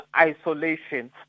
isolation